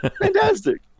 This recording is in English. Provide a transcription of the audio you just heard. fantastic